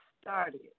started